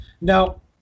Now